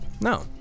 No